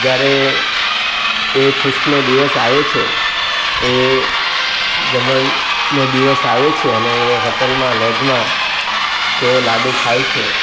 જ્યારે એ ફિસ્ટનો દીવસ આવે છે એ જમણનો દીવસ આવે છે અને એ હોટલમાં લોજમાં તેઓ લાડુ ખાય છે